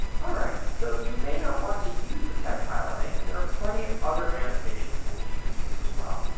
all right, so you may not want to use the text highlighting, and there are plenty of other annotation tools you can use as well.